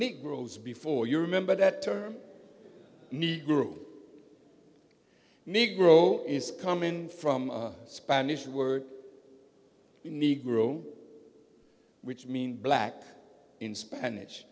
negroes before you remember that term negro negro is coming from spanish word negro which means black in spanish